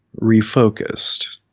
Refocused